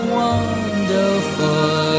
wonderful